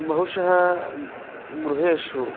बहुशः गृहेषु